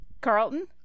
Carlton